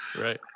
Right